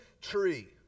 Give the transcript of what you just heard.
tree